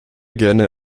gerne